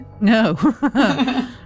No